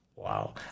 Wow